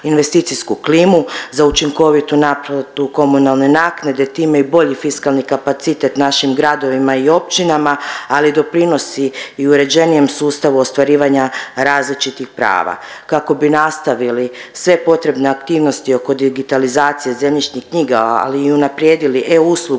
investicijsku klimu, za učinkovitu naplatu komunalne naknade, a time i bolji fiskalni kapacitet našim gradovima i općinama, ali i doprinosi i uređenijem sustavu ostvarivanja različitih prava. Kako bi nastavili sve potrebne aktivnosti oko digitalizacije zemljišnih knjiga ali i unaprijedili e-uslugu